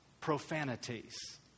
profanities